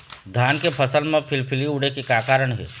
धान के खेती म फिलफिली उड़े के का कारण हे?